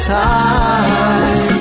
time